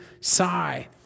sigh